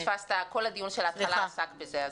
כל תחילת הדיון עסק בזה.